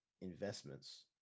investments